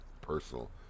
personal